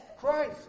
Christ